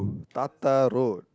tata road